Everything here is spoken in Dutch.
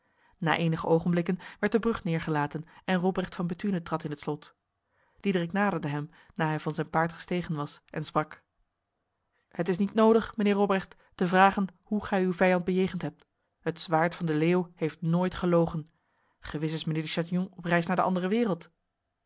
na enige ogenblikken werd de brug neergelaten en robrecht van bethune trad in het slot diederik naderde hem na hij van zijn paard gestegen was en sprak het is niet nodig mijnheer robrecht te vragen hoe gij uw vijand bejegend hebt het zwaard van de leeuw heeft nooit gelogen gewis is mijnheer de chatillon op reis naar de andere wereld